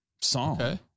song